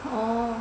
oh